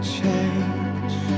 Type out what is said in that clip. change